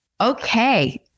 okay